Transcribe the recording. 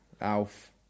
Alf